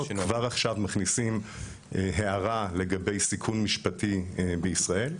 כבר עכשיו מכניסים הערה לגבי סיכון משפטי בישראל,